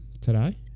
today